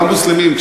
גם מוסלמים,